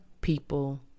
people